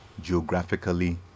geographically